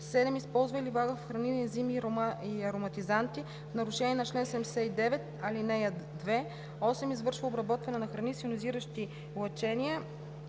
7. използва или влага в храни добавки, ензими и ароматизанти в нарушение на чл. 79, ал. 2; 8. извършва обработване на храни с йонизиращи лъчения